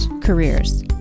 careers